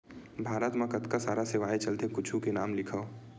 भारत मा कतका सारा सेवाएं चलथे कुछु के नाम लिखव?